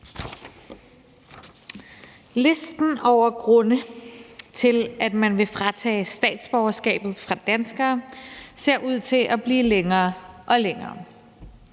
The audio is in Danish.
Listen over grunde til, at man vil tage statsborgerskabet fra danskere, ser ud til at blive længere og længere.